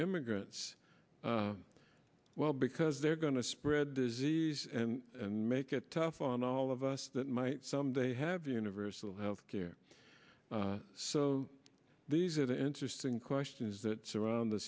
immigrants well because they're going to spread disease and make it tough on all of us that might someday have universal health care so these are the interesting questions that surround